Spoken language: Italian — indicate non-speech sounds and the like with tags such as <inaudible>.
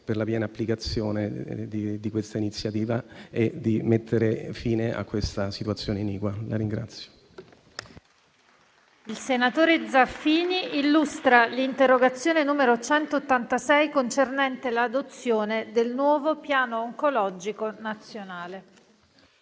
per la piena applicazione di questa iniziativa e per mettere fine a questa situazione iniqua. <applause>